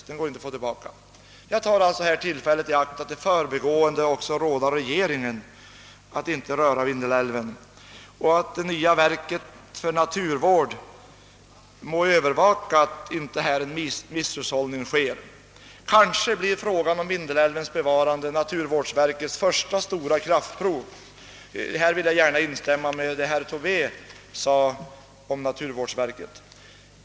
Det går inte att få dem tillbaka. Jag tar alltså detta tillfälle i akt att i förbigående också råda regeringen att inte röra vid Vindelälven, och jag uttrycker en förhoppning om att det nya verket för naturvård skall övervaka att här inte sker någon misshushållning. Kanske blir frågan om Vindelälvens bevarande naturvårdsverkets första stora kraftprov. Här vill jag instämma i vad herr Tobé sade om naturvårdsverket.